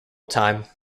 time